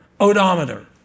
odometer